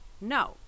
No